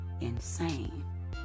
insane